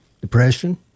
depression